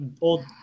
old